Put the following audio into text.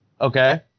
Okay